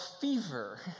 fever